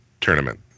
tournament